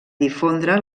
difondre